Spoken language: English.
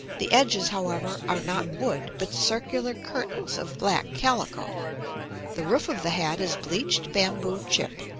the edges, however, are not wood, but circular curtains of black calico the roof of the hat is bleached bamboo chip.